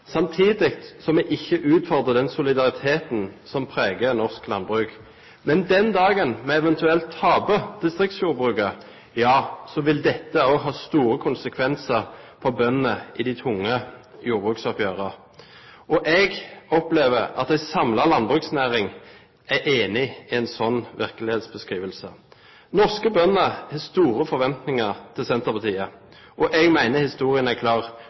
samtidig som vi ikke utfordrer den solidariteten som preger norsk landbruk. Men den dagen vi eventuelt taper distriktsjordbruket, så vil dette også ha store konsekvenser for bøndene i de tunge jordsbruksområdene. Jeg opplever at en samlet landbruksnæring er enig i en slik virkelighetsbeskrivelse. Norske bønder har store forventninger til Senterpartiet, og jeg mener at historien er klar